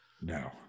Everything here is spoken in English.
no